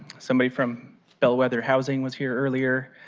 somebody from bellwether housing was here earlier.